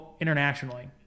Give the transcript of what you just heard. internationally